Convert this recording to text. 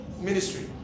ministry